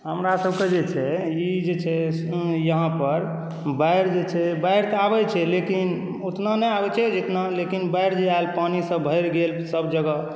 हमरासभके जे छै ई जे छै से यहाँपर बाढ़ि जे छै बाढ़ि तऽ आबैत छै लेकिन उतना नहि आबैत छै जितना लेकिन बाढ़ि जे आयल पानीसभ भरि गेल सभजगह